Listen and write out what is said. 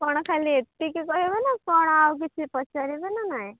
କ'ଣ ଖାଲି ଏତିକି କହିବେ ନା କ'ଣ ଆଉ କିଛି ପଚାରିବେ ନା ନାଇଁ